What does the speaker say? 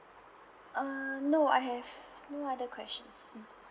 err no I have no other questions mm